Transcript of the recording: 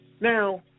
Now